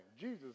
Jesus